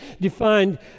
defined